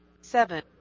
Seven